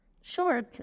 Sure